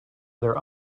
their